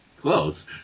close